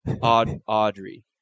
Audrey